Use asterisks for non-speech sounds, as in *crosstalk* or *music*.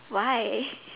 why *breath*